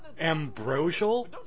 ambrosial